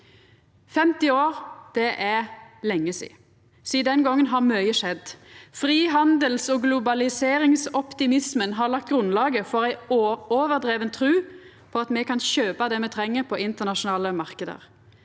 50 år er lenge sidan. Sidan den gongen har mykje skjedd. Frihandels- og globaliseringsoptimismen har lagt grunnlaget for ei overdriven tru på at me kan kjøpa det me treng på internasjonale marknader.